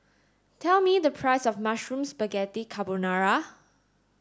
tell me the price of Mushroom Spaghetti Carbonara